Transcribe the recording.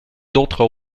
d’autres